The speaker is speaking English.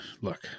look